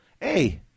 hey